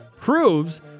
proves